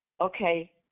Okay